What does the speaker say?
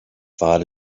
far